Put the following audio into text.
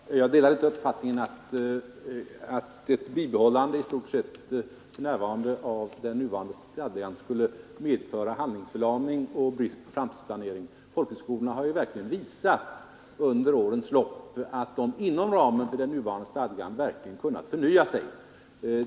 Herr talman! Jag delar inte den uppfattningen att ett bibehållande i stort i nuvarande läge av stadgan skulle medföra handlingsförlamning och brist på framtidsplanering. Folkhögskolorna har ju verkligen visat under årens lopp att de inom ramen för den nya stadgan kunnat förnya sig.